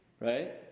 Right